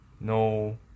no